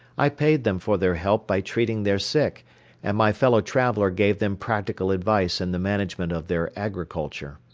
i paid them for their help by treating their sick and my fellow traveler gave them practical advice in the management of their agriculture.